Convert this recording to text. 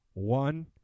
One